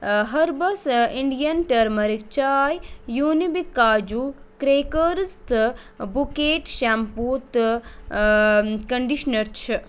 ٲں herbs and Indian turmeric chai Unibic kaju crackers تہٕ بُکیڈ شَمپو تہٕ ٲں کَنڈشنَر چھُ